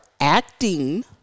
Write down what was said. acting